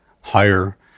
higher